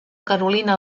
carolina